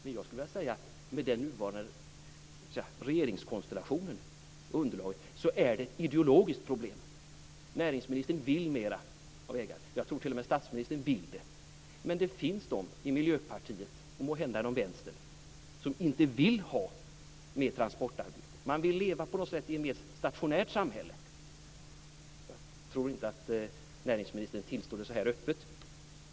Men jag skulle vilja säga att med det nuvarande regeringsunderlaget är det ett ideologiskt problem. Näringsministern vill mera. Jag tror t.o.m. att statsministern vill det. Men det finns de i Miljöpartiet och måhända inom Vänstern som inte vill ha mer transportarbete. Man vill på något sätt leva i ett mer stationärt samhälle. Jag tror inte att näringsministern tillstår det så här öppet.